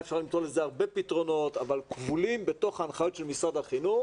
היה אפשר למצוא לזה הרבה פתרונות אבל כבולים בתוך הנחיות משרד החינוך